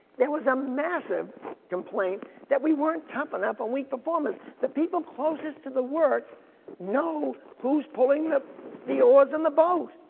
there was a massive complaint that we weren't tough enough on weak performance. the people closest to the work know who's pulling the the oars on the boat.